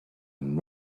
and